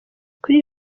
kuri